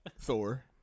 Thor